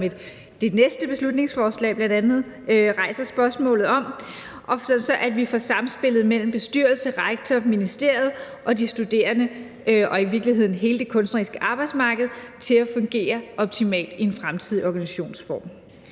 som det næste beslutningsforslag bl.a. rejser spørgsmålet om – så vi får samspillet mellem bestyrelse, rektor, ministeriet, de studerende og i virkeligheden hele det kunstneriske arbejdsmarked til at fungere optimalt i en fremtidig organisationsform.